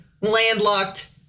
landlocked